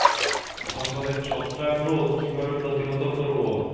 ফসলের ছত্রাক রোগ কিভাবে প্রতিহত করব?